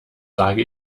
sage